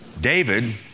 David